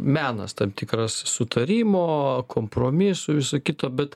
menas tam tikras sutarimo kompromisų viso kito bet